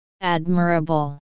admirable